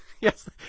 Yes